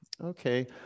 Okay